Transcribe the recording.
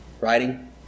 writing